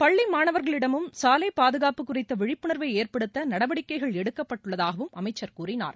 பள்ளி மாணவர்களிடமும் சாலை பாதுகாப்பு குறித்த விழிப்புணர்வை ஏற்படுத்த நடவடிக்கைகள் எடுக்கப்பட்டுள்ளதாகவும் அமைச்சர் கூறினார்